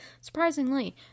Surprisingly